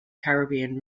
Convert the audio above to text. caribbean